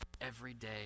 everyday